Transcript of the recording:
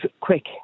quick